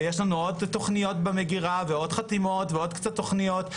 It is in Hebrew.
ויש לנו עוד תוכניות במגירה ועוד חתימות ועוד קצת תוכניות,